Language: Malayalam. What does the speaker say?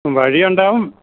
മ്മ് വഴിയുണ്ടാകും